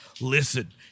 listen